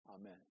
amen